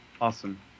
Awesome